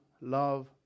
love